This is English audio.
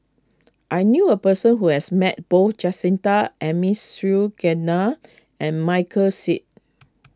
I knew a person who has met both Jacintha and Michael Seet